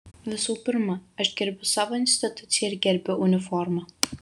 visų pirma aš gerbiu savo instituciją ir gerbiu uniformą